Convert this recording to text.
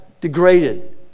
degraded